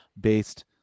based